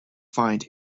find